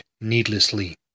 needlessly